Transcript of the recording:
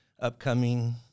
upcoming